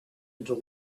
until